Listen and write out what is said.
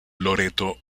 loreto